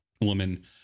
woman